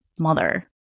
mother